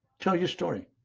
tell your story.